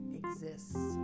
exists